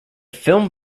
film